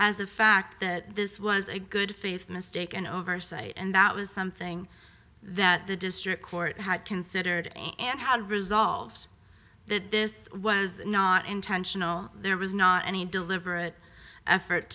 as a fact that this was a good faith mistake an oversight and that was something that the district court had considered and how to resolve that this was not intentional there was not any deliberate effort